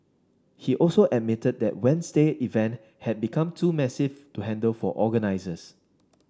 he also admitted that Wednesday event had become too massive to handle for organisers